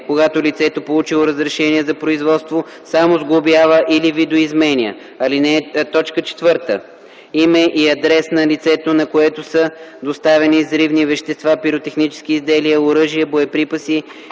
когато лицето, получило разрешение за производство, само сглобява или видоизменя; 4. име и адрес на лицето, на което са доставени взривни вещества, пиротехнически изделия, оръжия, боеприпаси